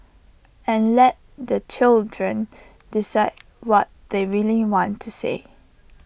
and let the children decide what they really want to say